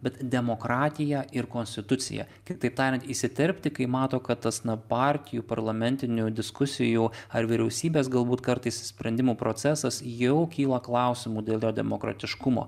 bet demokratiją ir konstituciją kitaip tariant įsiterpti kai mato kad tas na partijų parlamentinių diskusijų ar vyriausybės galbūt kartais sprendimų procesas jau kyla klausimų dėl jo demokratiškumo